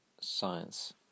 science